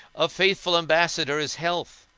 a faithful ambassador is health,